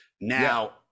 now